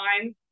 time